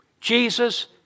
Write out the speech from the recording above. Jesus